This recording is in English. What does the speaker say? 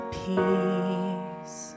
peace